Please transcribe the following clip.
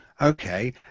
Okay